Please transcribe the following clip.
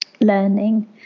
learning